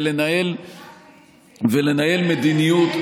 ולנהל מדיניות,